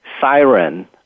siren